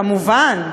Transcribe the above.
כמובן,